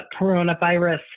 Coronavirus